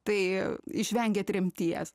tai išvengė tremties